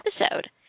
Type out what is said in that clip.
episode